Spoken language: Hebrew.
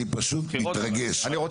אני פשוט מתרגש, אני יושב ומתרגש.